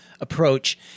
approach